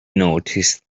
noticed